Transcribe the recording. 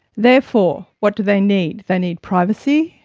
therefore, what do they need? they need privacy,